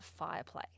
Fireplay